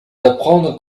d’apprendre